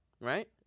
Right